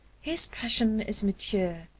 his passion is mature,